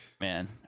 man